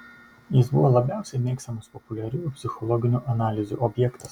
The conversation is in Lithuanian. jis buvo labiausiai mėgstamas populiariųjų psichologinių analizių objektas